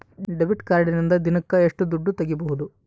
Debit ಕಾರ್ಡಿನಿಂದ ದಿನಕ್ಕ ಎಷ್ಟು ದುಡ್ಡು ತಗಿಬಹುದು?